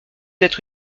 être